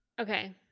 Okay